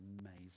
amazing